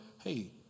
hey